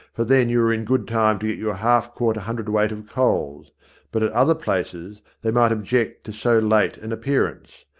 for then you were in good time to get your half-quarter hundredweight of coals but at other places they might object to so late an appearance.